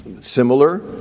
similar